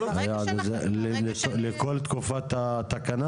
לכל תקופת התקנה?